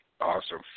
Awesome